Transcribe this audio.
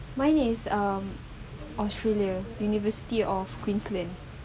mine is um australia university of queensland